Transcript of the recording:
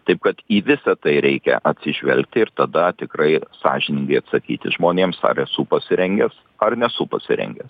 taip kad į visa tai reikia atsižvelgti ir tada tikrai sąžiningai atsakyti žmonėms ar esu pasirengęs ar nesu pasirengęs